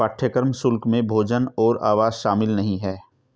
पाठ्यक्रम शुल्क में भोजन और आवास शामिल नहीं है